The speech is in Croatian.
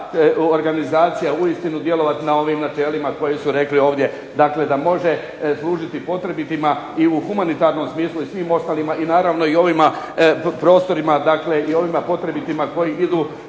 ta organizacija uistinu djelovati na ovim načelima koji su rekli ovdje dakle da može služiti potrebitima i u humanitarnom smislu i svim ostalima i naravno i ovima prostorima, dakle i ovima potrebitima kojih idu,